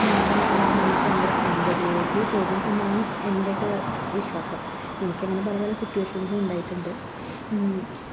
നമ്മുടെ മ മനസ്സ് ഭയങ്കര ശാന്തതയിലേക്ക് പോകും എന്നാണ് എൻ്റ ഒക്കെ വിശ്വാസം എനിക്കങ്ങനെ പലപല സിറ്റ്വേഷൻസ്സും ഉണ്ടായിട്ടുണ്ട്